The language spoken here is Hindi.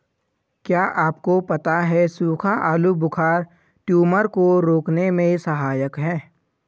क्या आपको पता है सूखा आलूबुखारा ट्यूमर को रोकने में सहायक है?